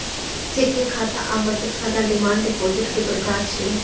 checking खाता आ बचत खाता डिमांड डिपोजिट के प्रकार छियै